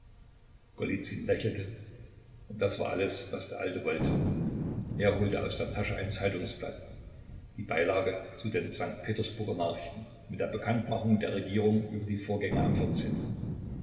lächelte und das war alles was der alte wollte er holte aus der tasche ein zeitungsblatt die beilage zu den sankt petersburger nachrichten mit der bekanntmachung der regierung über die vorgänge am